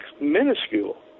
minuscule